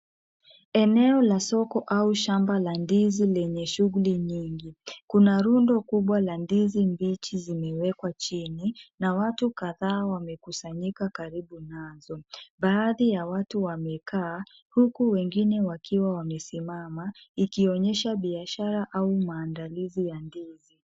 Eneo la soko au samba la mandizi lenye shughuli nyingi. Kuna rundo kubwa la ndizi mbichi zimewekwa chini na watu kadhaa wamekusanyika karibu nazo. Baadhi ya watu wamekaa, huku wengine wakiwa wamesimama, ikionyesha biashara au maandalizi ya ndizi.